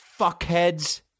fuckheads